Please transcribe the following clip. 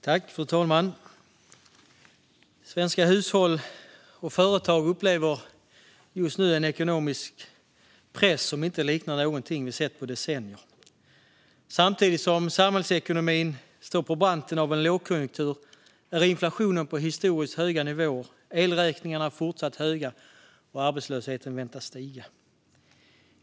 Fru talman! Svenska hushåll och företag upplever just nu en ekonomisk press som inte liknar någonting vi sett på decennier. Samtidigt som samhällsekonomin står på randen till en lågkonjunktur är inflationen på historiskt höga nivåer. Elräkningarna är fortsatt höga, och arbetslösheten väntas stiga.